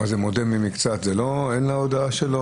מודה במקצת, אין להודאה שלו